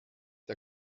der